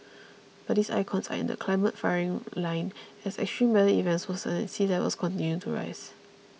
but these icons are in the climate firing line as extreme weather events worsen and sea levels continue to rise